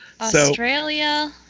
Australia